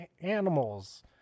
animals